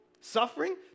suffering